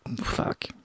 fuck